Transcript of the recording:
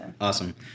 awesome